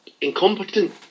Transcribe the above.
Incompetent